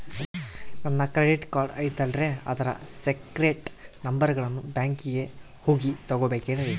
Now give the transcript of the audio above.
ನನ್ನ credit card ಐತಲ್ರೇ ಅದರ ಸೇಕ್ರೇಟ್ ನಂಬರನ್ನು ಬ್ಯಾಂಕಿಗೆ ಹೋಗಿ ತಗೋಬೇಕಿನ್ರಿ?